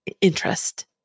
interest